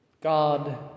God